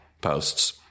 posts